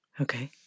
Okay